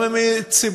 גם אם היא ציבורית,